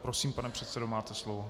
Prosím, pane předsedo, máte slovo.